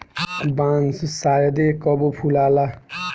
बांस शायदे कबो फुलाला